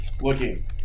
looking